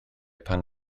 pan